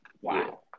Wow